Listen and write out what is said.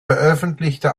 veröffentlichte